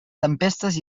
tempestes